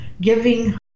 giving